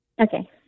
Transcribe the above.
Okay